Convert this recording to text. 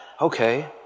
okay